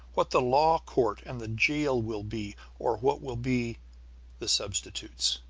what the law court and the jail will be or what will be the substitutes,